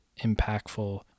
impactful